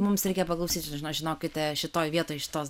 mums reikia paklausyti žino žinokite šitoje vietoj šitos